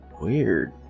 Weird